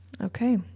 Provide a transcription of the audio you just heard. Okay